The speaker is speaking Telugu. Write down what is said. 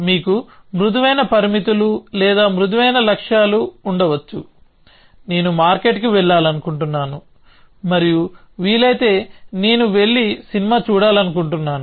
మీకు మృదువైన పరిమితులు లేదా మృదువైన లక్ష్యాలు ఉండవచ్చు నేను మార్కెట్కి వెళ్లాలనుకుంటున్నాను మరియు వీలైతే నేను వెళ్లి సినిమా చూడాలనుకుంటున్నాను